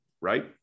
right